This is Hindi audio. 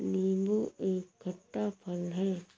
नीबू एक खट्टा फल है